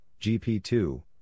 GP2